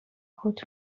خود